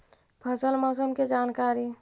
फसल मौसम के जानकारी?